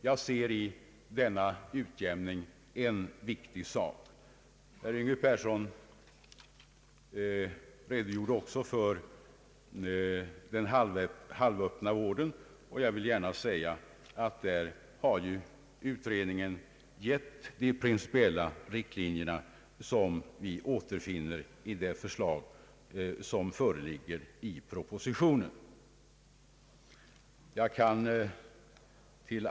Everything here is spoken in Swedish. Jag ser i denna utjämning en viktig sak. Herr Yngve Persson redogjorde också för den halvöppna vården, och jag vill gärna säga att på den punkten har utredningen angivit de principiella riktlinjer som återfinns i det förslag som föreligger i propositionen.